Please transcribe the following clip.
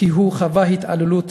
כי חווה התעללות,